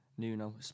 Nuno